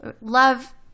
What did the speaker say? love